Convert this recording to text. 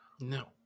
No